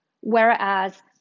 Whereas